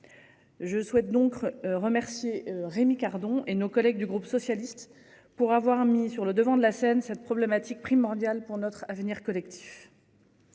Je souhaite donc remercier Rémi Cardon et nos collègues du groupe socialiste pour avoir mis sur le devant de la scène cette problématique primordial pour notre avenir collectif.